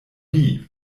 wie